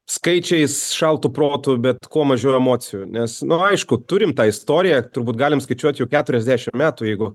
skaičiais šaltu protu bet kuo mažiau emocijų nes nu aišku turime tą istoriją turbūt galim skaičiuot jau keturiasdešim metų jeigu